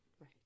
Right